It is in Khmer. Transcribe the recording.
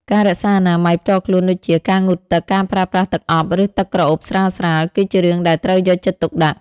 ការរក្សាអនាម័យផ្ទាល់ខ្លួនដូចជា ការងូតទឹក ការប្រើប្រាស់ទឹកអប់ ឬទឹកក្រអូបស្រាលៗ គឺជារឿងដែលត្រូវយកចិត្តទុកដាក់។